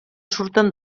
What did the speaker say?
surten